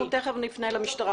אנחנו תכף נפנה למשטרה